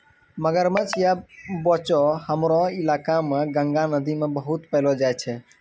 मगरमच्छ या बोचो हमरो इलाका मॅ गंगा नदी मॅ बहुत पैलो जाय छै